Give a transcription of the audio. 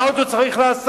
מה עוד הוא צריך לעשות?